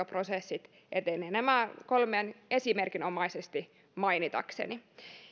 prosessit etenevät nämä kolme esimerkinomaisesti mainitakseni